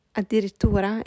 addirittura